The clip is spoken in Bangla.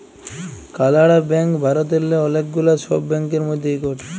কালাড়া ব্যাংক ভারতেল্লে অলেক গুলা ছব ব্যাংকের মধ্যে ইকট